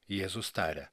jėzus taria